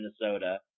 Minnesota